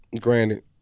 Granted